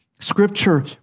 Scripture